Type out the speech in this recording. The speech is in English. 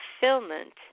fulfillment